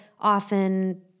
often